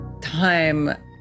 time